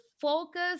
focus